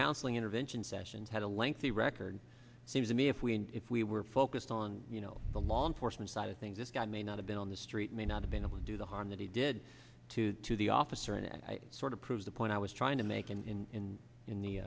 counseling intervention sessions had a lengthy record it seems to me if we if we were focused on you know the law enforcement side of things this guy may not have been on the street may not have been able to do the harm that he did to to the officer and that sort of proves the point i was trying to make in in the in